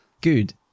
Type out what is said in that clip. good